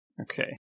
Okay